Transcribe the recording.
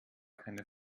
keine